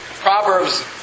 Proverbs